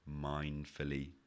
mindfully